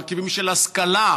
מרכיבים של השכלה,